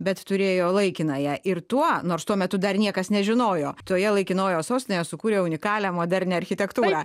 bet turėjo laikinąją ir tuo nors tuo metu dar niekas nežinojo toje laikinojoje sostinėje sukūrė unikalią modernią architektūrą